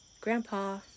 Grandpa